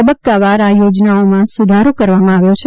તબક્કાવાર આ યોજનામાં સુધારાઓ કરવામાં આવ્યા છે